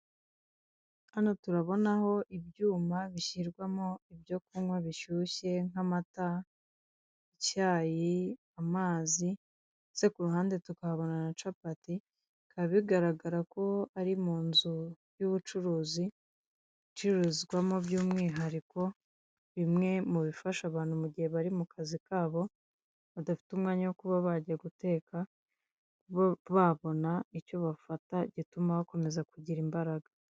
Hano turabonaho ibyuma bishyirwamo ibyo kunywa bishyushye nk'amata, icyayi, amazi ndetse ku ruhande tukahabona na capati bikaba, bigaragara ko ari mu nzu y'ubucuruzi icururizwamo by'umwihariko bimwe mu bifasha abantu mu gihe bari mu kazi kabo badafite umwanya wo kuba kujya guteka, kuba babona icyo bafata gituma bakomeza kugira imbaraga.